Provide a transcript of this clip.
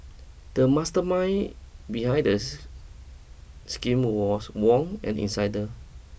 the mastermind behind the scheme was Wong an insider